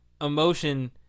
emotion